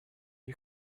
are